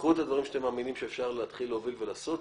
תיקחו את הדברים שאתם מאמינים שאפשר להתחיל להוביל ולעשות,